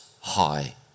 high